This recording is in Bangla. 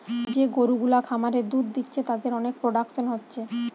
যে গরু গুলা খামারে দুধ দিচ্ছে তাদের অনেক প্রোডাকশন হচ্ছে